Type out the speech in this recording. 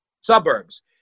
suburbs